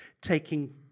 taking